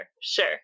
sure